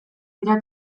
dira